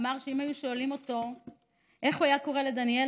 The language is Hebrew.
אמר שאם היו שואלים אותו איך הוא היה קורא לדניאל,